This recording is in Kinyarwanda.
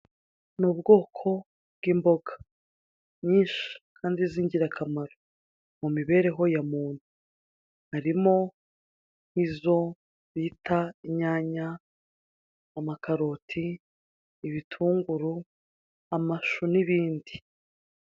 Ni ubwoko bw'imboga nyinshi kandi z'ingirakamaro mu mibereho ya muntu. Harimo izo bita, inyanya, amakaroti, ibitunguru, amashu n'ibindi.